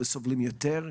האם הם סובלים יותר?